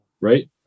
Right